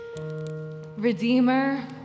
Redeemer